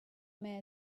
may